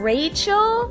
Rachel